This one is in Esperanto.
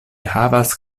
havas